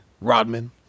Rodman